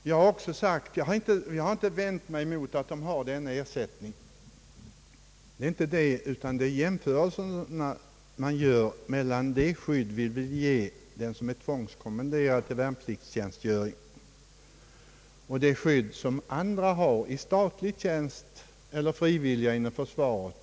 Jag har inte vänt mig mot att ersättning utgår i dessa fall utan mot de jämförelser som gjorts mellan det skydd, som vi vill ge den som är tvångskommenderad under värnpliktstjänstgöring, och det skydd andra har i statlig tjänst eller som frivilliga inom försvaret.